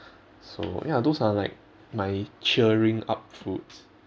so ya those are like my cheering up foods